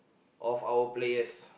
of our players